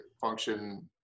function